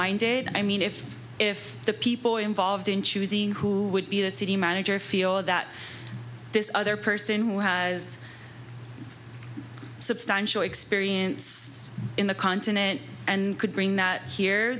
minded i mean if if the people involved in choosing who would be the city manager feel that this other person who has substantial experience in the continent and could bring that here